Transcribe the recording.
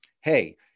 hey